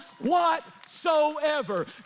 whatsoever